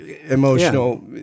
emotional